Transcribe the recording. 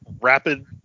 rapid